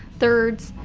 thirds,